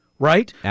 Right